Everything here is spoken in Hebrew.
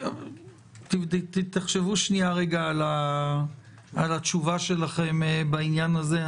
תחשבו על התשובה שלכם בעניין הזה.